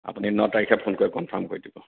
আপুনি ন তাৰিখে ফোন কৰি কনফাৰ্ম কৰি দিব